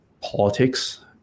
politics